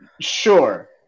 Sure